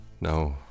No